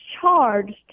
charged